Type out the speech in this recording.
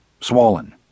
Swollen